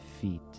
feet